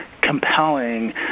compelling